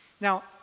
Now